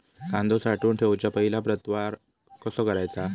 कांदो साठवून ठेवुच्या पहिला प्रतवार कसो करायचा?